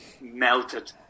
melted